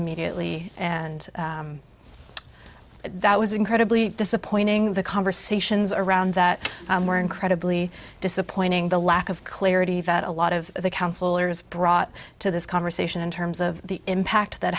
immediately and that was incredibly disappointing the conversations around that were incredibly disappointing the lack of clarity that a lot of the counselors brought to this conversation in terms of the impact that